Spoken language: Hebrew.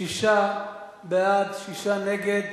שישה בעד, שישה נגד.